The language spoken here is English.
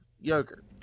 yogurt